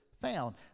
found